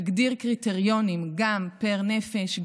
תגדיר קריטריונים גם פר נפש,